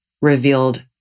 revealed